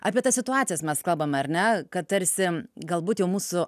apie tas situacijas mes kalbame ar ne kad tarsi galbūt jau mūsų